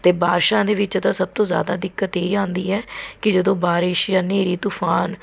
ਅਤੇ ਬਾਰਿਸ਼ਾਂ ਦੇ ਵਿੱਚ ਤਾਂ ਸਭ ਤੋਂ ਜ਼ਿਆਦਾ ਦਿੱਕਤ ਇਹ ਆਉਂਦੀ ਹੈ ਕਿ ਜਦੋਂ ਬਾਰਿਸ਼ ਜਾਂ ਹਨ੍ਹੇਰੀ ਤੂਫਾਨ